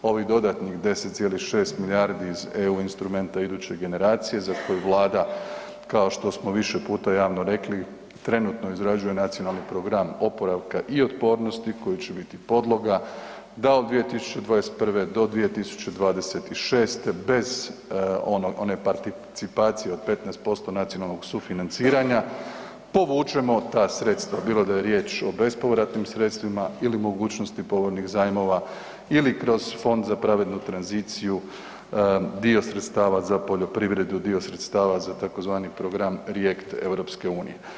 Ovih dodatnih 10,6 milijardi iz EU instrumenta iduće generacije za koji vlada, kao što smo više puta javno rekli, trenutno izrađuje Nacionalni program oporavka i otpornosti koji će biti podloga da od 2021. do 2026. bez one participacije od 15% nacionalnog sufinanciranja, povučemo ta sredstva, bilo da je riječ o bespovratnim sredstvima ili mogućnosti povoljnih zajmova ili kroz Fond za pravednu tranziciju dio sredstava za poljoprivredu, dio sredstava za tzv. program rijekt EU.